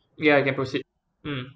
ya you can proceed mm